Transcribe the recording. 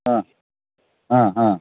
ആ ആ ആ